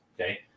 Okay